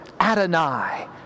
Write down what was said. Adonai